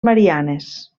mariannes